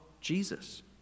Jesus